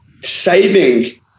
Saving